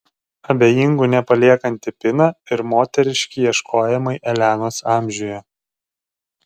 abejingų nepaliekanti pina ir moteriški ieškojimai elenos amžiuje